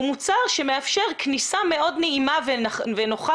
הוא מוצר שמאפשר כניסה מאוד נעימה ונוחה